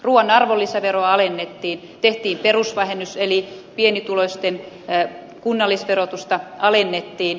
ruuan arvonlisäveroa alennettiin tehtiin perusvähennys eli pienituloisten kunnallisverotusta alennettiin